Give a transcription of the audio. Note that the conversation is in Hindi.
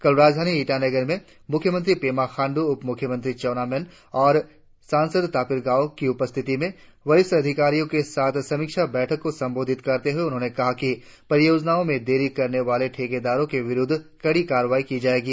कल राजधानी ईटानगर में मुख्यमंत्री पेमा खाण्डू उपमुख्यमंत्री चाउना मैन और सांसद तापिर गाव की उपस्थिति में वरिष्ठ अधिकारियों के साथ समिक्षा बैठक को संबोधित करते हुए उन्होंने कहा कि परियोजनाओं में देरी करने वाले ठेकेदारों के विरुद्ध कड़ी कार्रवाई की जाएगी